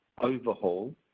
overhaul